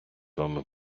вами